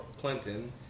Clinton